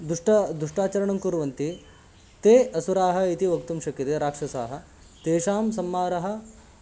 दुष्टः दुष्टाचरणं कुर्वन्ति ते असुराः इति वक्तुं शक्यते राक्षसाः तेषां संहारं